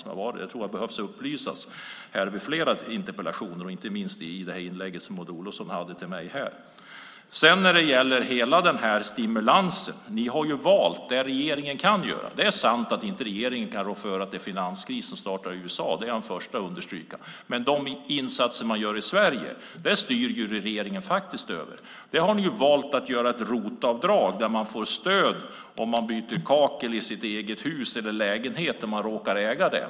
Jag tror att det behövs upplysning om detta vid fler interpellationsdebatter och inte minst med tanke på det inlägg som Maud Olofsson riktade till mig här. När det gäller hela denna stimulans har ni valt att göra det som regeringen kan göra. Det är sant att regeringen inte kan rå för att det är finanskris som startade i USA. Det är jag den förste att understryka. Men de insatser som man gör i Sverige styr regeringen faktiskt över. Där har ni valt att införa ett ROT-avdrag som innebär att man får stöd om man byter kakel i sitt eget hus eller i sin lägenhet om man råkar äga den.